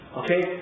okay